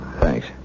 Thanks